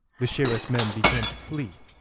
the sheriff's men began to flee,